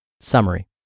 Summary